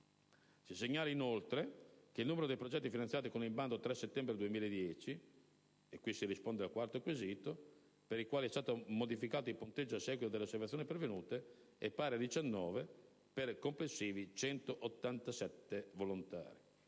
si segnala inoltre che il numero dei progetti finanziati con il bando del 3 settembre 2010 per i quali è stato modificato il punteggio a seguito delle osservazioni pervenute è pari a 19, per complessivi 187 volontari.